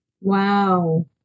Wow